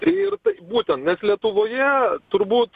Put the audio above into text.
ir būtent nes lietuvoje turbūt